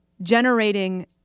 generating